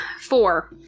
four